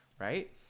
right